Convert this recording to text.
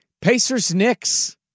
Pacers-Knicks